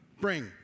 Bring